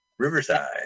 riverside